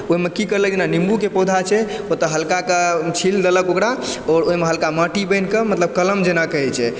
ओहिमे कि केलक जेना निम्बूके पौधा छै ओतऽ हल्का कऽ छील देलक ओकरा आओर ओहिमे हल्का माँटि बैन्हि कऽ मतलब कलम जेना कहै छै